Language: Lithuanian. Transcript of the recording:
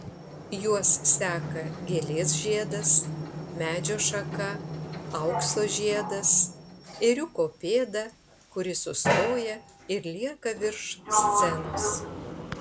juos seka gėlės žiedas medžio šaka aukso žiedas ėriuko pėda kuri sustoja ir lieka virš scenos